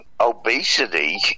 obesity